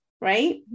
right